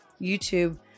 YouTube